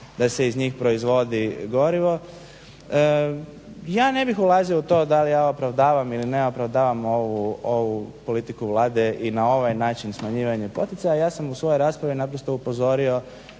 da se iz njih proizvodi gorivo. Ja ne bih ulazio u to da li ja opravdavam ili ne opravdavam ovu politiku Vlade i na ovaj način smanjivanje poticaja. Ja sam u svojoj raspravi naprosto upozorio